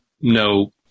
no